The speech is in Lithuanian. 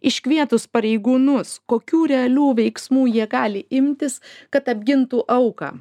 iškvietus pareigūnus kokių realių veiksmų jie gali imtis kad apgintų auką